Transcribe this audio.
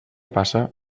passa